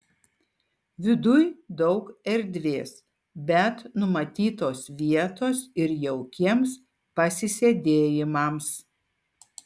viduj daug erdvės bet numatytos vietos ir jaukiems pasisėdėjimams